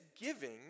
giving